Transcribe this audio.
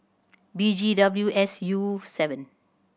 B G W S U seven